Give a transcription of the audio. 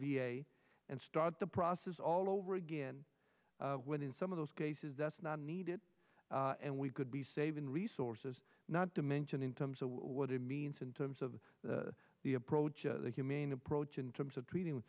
a and start the process all over again when in some of those cases that's not needed and we could be saving resources not to mention in terms of what it means in terms of the approach the humane approach in terms of treating